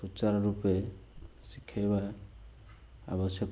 ସୂଚାର ରୂପେ ଶିଖେଇବା ଆବଶ୍ୟକ